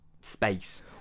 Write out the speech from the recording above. space